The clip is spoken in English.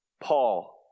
Paul